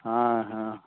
ହଁ ହଁ